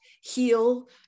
heal